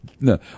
No